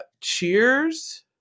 cheers